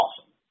awesome